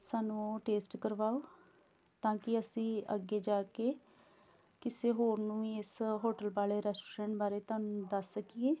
ਸਾਨੂੰ ਟੇਸਟ ਕਰਵਾਉ ਤਾਂ ਕਿ ਅਸੀਂ ਅੱਗੇ ਜਾ ਕੇ ਕਿਸੇ ਹੋਰ ਨੂੰ ਵੀ ਇਸ ਹੋਟਲ ਬਾਰੇ ਰੈਸਟੋਰੈਂਟ ਬਾਰੇ ਤੁਹਾਨੂੰ ਦੱਸ ਸਕੀਏ